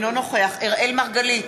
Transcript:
אינו נוכח אראל מרגלית,